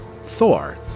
Thor